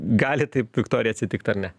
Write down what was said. gali taip viktorija atsitikt ar ne